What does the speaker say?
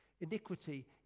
Iniquity